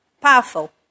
powerful